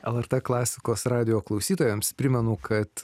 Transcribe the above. lrt klasikos radijo klausytojams primenu kad